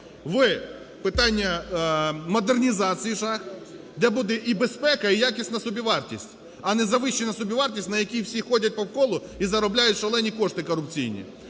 в питання модернізації шахт, де буде і безпека, і якісна собівартість, а не завищена собівартість, на якій всі ходять по колу і заробляють шалені кошти корупційні.